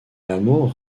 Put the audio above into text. hameaux